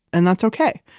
and that's okay.